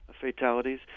Fatalities